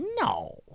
No